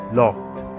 locked